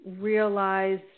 realize